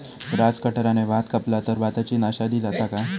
Grass कटराने भात कपला तर भाताची नाशादी जाता काय?